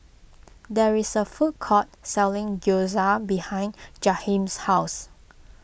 there is a food court selling Gyoza behind Jaheem's house